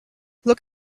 look